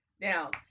Now